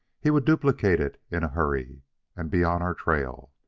he would duplicate it in a hurry and be on our trail.